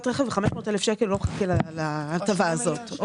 לרכב ב-500,000 שקל לא יחכה להטבה הזאת.